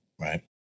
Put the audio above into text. right